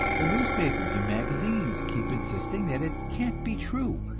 the newspapers and magazines keep insisting that it can't be true,